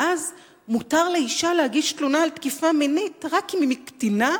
שהרי אז מותר לאשה להגיש תלונה על תקיפה מינית רק אם היא קטינה,